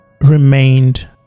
remained